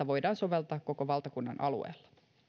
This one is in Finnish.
voidaan soveltaa koko valtakunnan alueella